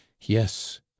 yes